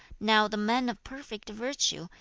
now the man of perfect virtue,